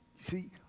See